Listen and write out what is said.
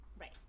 Right